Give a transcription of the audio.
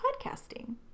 podcasting